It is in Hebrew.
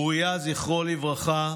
אוריה, זכרו לברכה,